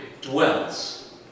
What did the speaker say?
dwells